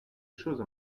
choses